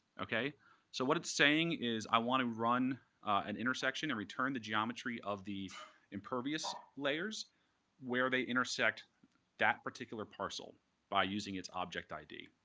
so what it's saying is i want to run an intersection, and return the geometry of the impervious layers where they intersect that particular parcel by using its object id.